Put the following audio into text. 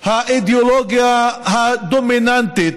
האידאולוגיה הדומיננטית,